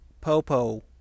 popo